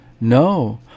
No